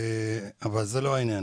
אבל זה לא העניין.